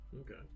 Okay